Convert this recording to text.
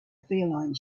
feline